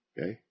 Okay